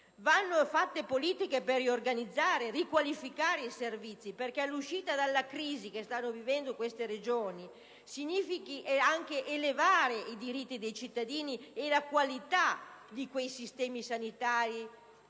Vanno attuate politiche per riorganizzare e riqualificare i servizi, affinché l'uscita dalla crisi che stanno vivendo queste Regioni porti anche ad elevare i diritti dei cittadini e la qualità di quei sistemi sanitari